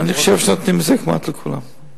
אני חושב שנותנים את זה כמעט לכולם.